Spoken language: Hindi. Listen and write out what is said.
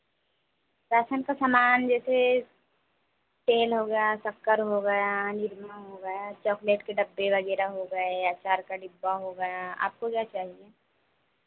राशन का सामान जैसे तेल हो गया शक्कर हो गया निरमा हो गया चॉकलेट के डब्बे वगैरह हो गए अचार का डिब्बा हो गया आपको क्या चाहिए